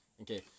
Okay